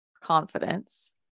confidence